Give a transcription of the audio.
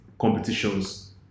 competitions